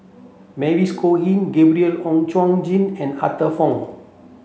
Mavis Khoo Oei Gabriel Oon Chong Jin and Arthur Fong